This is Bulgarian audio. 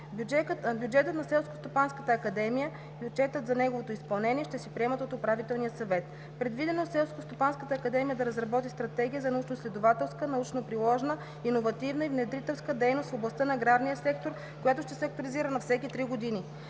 Бюджетът на Селскостопанската академия и отчетът за неговото изпълнение ще се приемат от управителния съвет. Предвидено е Селскостопанската академия да разработи Стратегия за научноизследователска, научно-приложна, иновативна и внедрителска дейност в областта на аграрния сектор, която ще се актуализира на всеки 3 години.